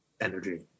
energy